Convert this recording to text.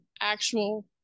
actual